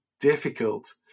difficult